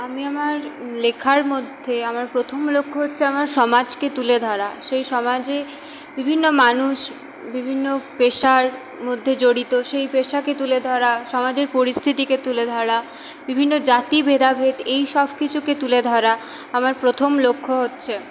আমি আমার লেখার মধ্যে আমার প্রথম লক্ষ্য হচ্ছে আমার সমাজকে তুলে ধরা সেই সমাজে বিভিন্ন মানুষ বিভিন্ন পেশার মধ্যে জড়িত সেই পেশাকে তুলে ধরা সমাজের পরিস্থিতিকে তুলে ধরা বিভিন্ন জাতি ভেদাভেদ এইসব কিছুকে তুলে ধরা আমার প্রথম লক্ষ্য হচ্ছে